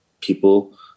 people